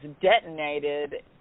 detonated